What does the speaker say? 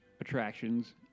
attractions